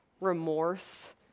remorse